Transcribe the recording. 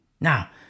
now